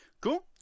Cool